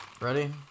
Ready